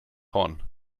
horn